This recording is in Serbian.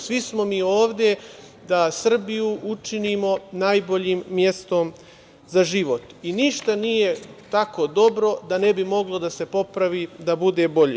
Svi smo mi ovde da Srbiju učinimo najboljim mestom za život i ništa nije tako dobro da ne bi moglo da se popravi da bude bolje.